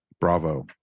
bravo